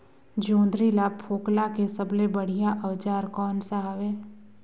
जोंदरी ला फोकला के सबले बढ़िया औजार कोन सा हवे?